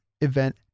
event